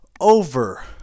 over